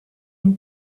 une